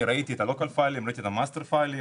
וראיתי את ה-local ואת ה-master file.